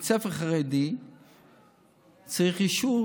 בית ספר חרדי צריך אישור